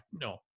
no